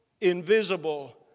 invisible